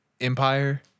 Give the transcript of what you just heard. empire